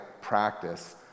practice